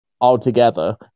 altogether